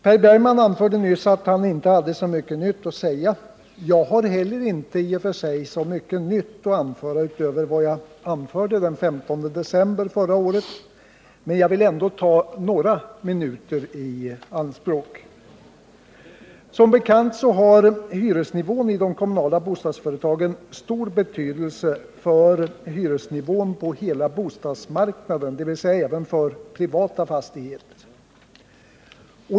Per Bergman anförde nyss att han inte hade så mycket nytt att säga. Jag har heller inte i och för sig så mycket nytt att anföra utöver vad jag anförde den 15 december förra året, men jag vill ändå ta några minuter i anspråk. Som bekant har hyresnivån i de kommunala bostadsföretagen stor betydelse för hyresnivån på hela bostadsmarknaden, dvs. även för privata fastigheter.